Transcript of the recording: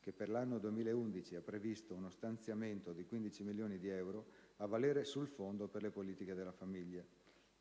che, per l'anno 2011, ha previsto uno stanziamento di 15 milioni di euro, a valere sul Fondo per le politiche della famiglia.